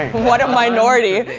what a minority.